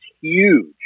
huge